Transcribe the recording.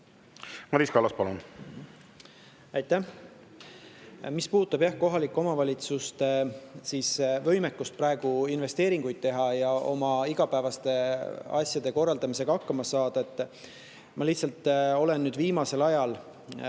Madis Kallas, palun! Aitäh! Mis puudutab kohalike omavalitsuste võimekust praegu investeeringuid teha ja oma igapäevaste asjade korraldamisega hakkama saada, siis ma olen viimasel ajal